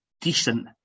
decent